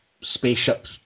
spaceship